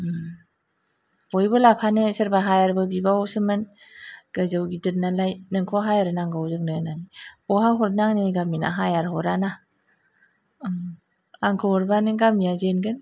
उम बयबो लाफानो सोरबा हायारबो बिबावोमोन गोजौ गिदिर नालाय नोंखौ हायार नांगौ जोंनो होननानै बहा हरनो आंना गामिना हायार हराना ओम आंखौ हरबानो गामिया जेनगोन